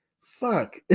Fuck